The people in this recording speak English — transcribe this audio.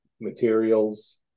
materials